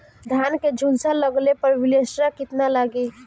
धान के झुलसा लगले पर विलेस्टरा कितना लागी?